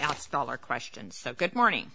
asked all our questions so good morning